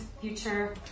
future